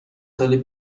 سال